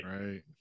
Right